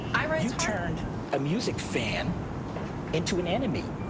um ah you turned a music fan into an enemy.